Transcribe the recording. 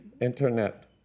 internet